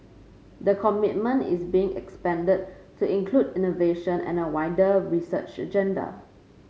the commitment is being expanded to include innovation and a wider research agenda